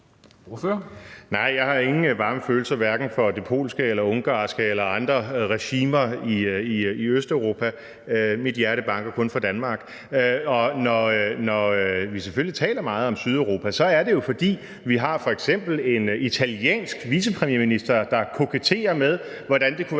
Nej, jeg har ingen varme følelser for hverken det polske eller ungarske eller andre regimer i Østeuropa. Mit hjerte banker kun for Danmark. Når vi selvfølgelig taler meget om Sydeuropa, er det jo, fordi vi f.eks. har en italiensk vicepremierminister, der koketterer med, hvordan det kunne være